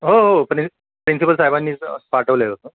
हो हो प्रिन्सिपल साहेबांनीच पाठवलेलं होतं